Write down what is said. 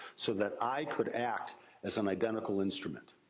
so that i could act as an identical instrument.